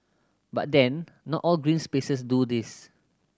but then not all green spaces do this